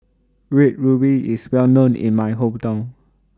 Red Ruby IS Well known in My Hometown